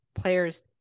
players